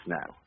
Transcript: now